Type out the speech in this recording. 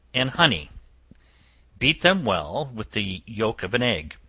and honey beat them well with the yelk of an egg,